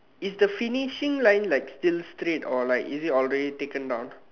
is the finishing line like still straight or is it already taken down